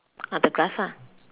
on the grass lah